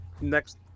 next